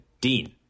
Dean